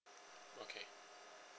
okay